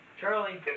Charlie